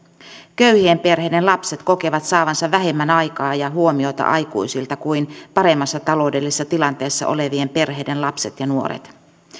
köyhien perheiden lapset kokevat saavansa vähemmän aikaa ja huomiota aikuisilta kuin paremmassa taloudellisessa tilanteessa olevien perheiden lapset ja nuoret